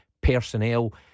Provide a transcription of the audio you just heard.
Personnel